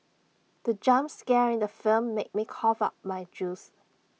the jump scare in the film made me cough out my juice